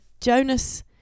Jonas